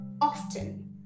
often